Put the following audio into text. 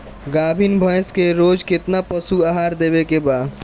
गाभीन भैंस के रोज कितना पशु आहार देवे के बा?